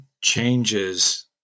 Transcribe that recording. changes